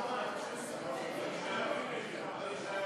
כלכלי לעידוד לומדי תורה